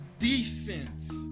defense